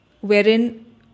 wherein